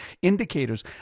indicators